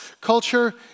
culture